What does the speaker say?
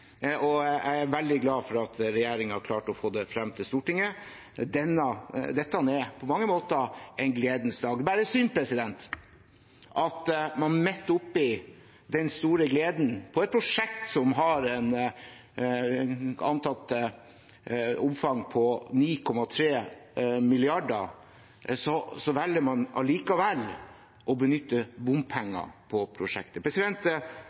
og jeg er veldig glad for at regjeringen klarte å få det fram til Stortinget. Dette er på mange måter en gledens dag. Det er bare synd at man midt oppe i den store gleden – på et prosjekt som har et antatt omfang på 9,3 mrd. kr – likevel velger å benytte bompenger på prosjektet.